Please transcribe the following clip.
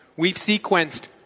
we've sequenced